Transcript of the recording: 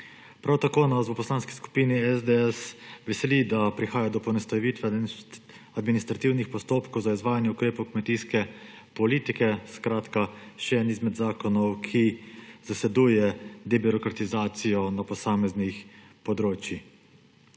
Prav tako nas v Poslanski skupini SDS veseli, da prihaja do poenostavitve administrativnih postopkov za izvajanje ukrepov kmetijske politike. Skratka, še eden izmed zakonov, ki zasledujejo debirokratizacijo na posameznih področjih. Prav